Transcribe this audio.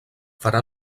farà